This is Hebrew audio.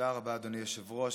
תודה רבה, אדוני היושב-ראש.